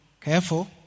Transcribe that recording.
Careful